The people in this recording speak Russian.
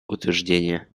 утверждение